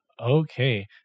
okay